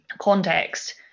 context